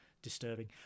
disturbing